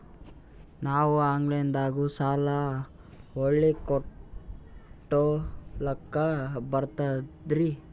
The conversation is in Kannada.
ನಾವು ಆನಲೈನದಾಗು ಸಾಲ ಹೊಳ್ಳಿ ಕಟ್ಕೋಲಕ್ಕ ಬರ್ತದ್ರಿ?